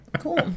Cool